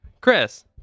Chris